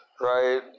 Right